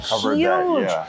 huge